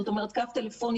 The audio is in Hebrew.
זאת אומרת קו טלפוני,